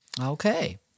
Okay